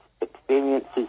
experiences